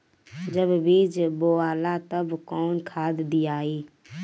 जब बीज बोवाला तब कौन खाद दियाई?